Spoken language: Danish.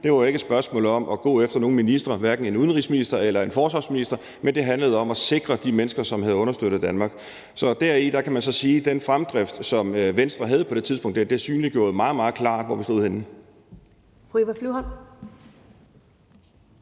Det var ikke et spørgsmål om at gå efter nogen minister, hverken en udenrigsminister eller en forsvarsminister, men det handlede om at sikre de mennesker, som havde understøttet Danmark. Så man kan sige, at den fremdrift, som Venstre havde på det tidspunkt, jo meget, meget klart synliggjorde, hvor vi stod henne.